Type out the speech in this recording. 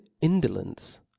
indolence